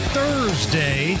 Thursday